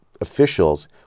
officials